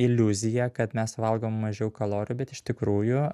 iliuziją kad mes suvalgom mažiau kalorijų bet iš tikrųjų